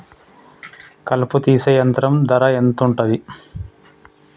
కలుపు తీసే యంత్రం ధర ఎంతుటది?